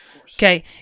okay